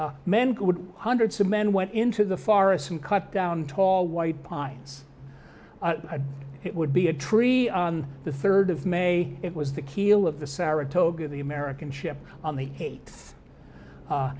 men would hundreds of men went into the forest and cut down tall white pines it would be a tree on the third of may it was the keel of the saratoga the american ship on the kate